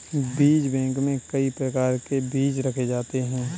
बीज बैंक में कई प्रकार के बीज रखे जाते हैं